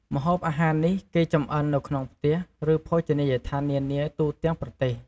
ម្ហូបអាហារនេះគេចម្អិននៅក្នុងផ្ទះ ឬភោជនីយដ្ឋាននានាទូទាំងប្រទេស។